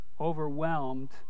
overwhelmed